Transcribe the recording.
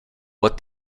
what